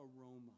aroma